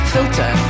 Filter